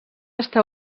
està